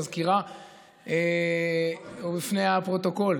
המזכירה ובפני הפרוטוקול,